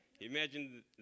Imagine